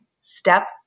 step